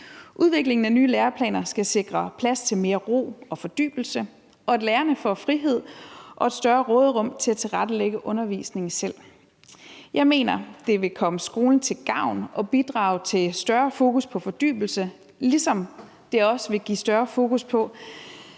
Udviklingen af nye læreplaner skal sikre plads til mere ro og fordybelse, og at lærerne får frihed og et større råderum til at tilrettelægge undervisningen selv. Jeg mener, at det vil komme skolen til gavn og bidrage til et større fokus på fordybelse, ligesom det også vil give større fokus på,